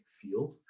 field